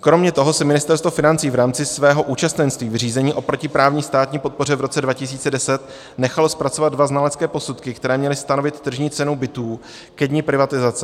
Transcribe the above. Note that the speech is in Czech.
Kromě toho si Ministerstvo financí v rámci svého účastenství v řízení o protiprávní státní podpoře v roce 2010 nechalo zpracovat dva znalecké posudky, které měly stanovit tržní cenu bytů ke dni privatizace.